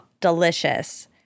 delicious